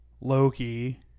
Loki